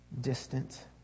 distant